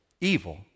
evil